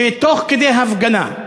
תוך כדי הפגנה,